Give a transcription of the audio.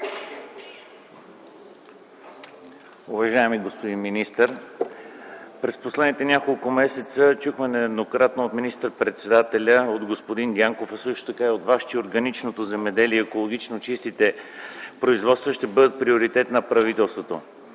Уважаеми господин министър, през последните няколко месеца чухме нееднократно от министър-председателя, от господин Дянков, а също така и от Вас, че органичното земеделие и екологично чистите производства ще бъдат приоритет на правителството.